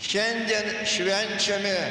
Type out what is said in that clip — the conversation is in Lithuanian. šiandien švenčiame